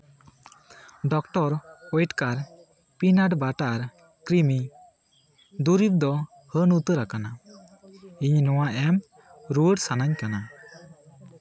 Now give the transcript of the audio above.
doctor ᱳᱭᱮᱴᱠᱟᱨ ᱯᱤᱱ ᱟᱰ ᱵᱟᱴᱟᱨ ᱠᱨᱤᱢᱤ ᱫᱩᱨᱤᱵᱽ ᱫᱚ ᱦᱟᱹᱱ ᱩᱛᱟᱹᱨ ᱟᱠᱟᱱᱟ ᱤᱧ ᱱᱚᱣᱟ ᱮᱢᱼᱨᱩᱣᱟᱹᱲ ᱥᱟᱱᱟᱧ ᱠᱟᱱᱟ